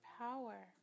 power